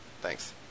thanks